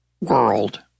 world